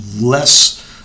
less